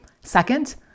Second